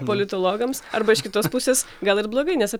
politologams arba iš kitos pusės gal ir blogai nes